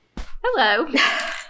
hello